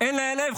אין להם לב.